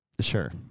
Sure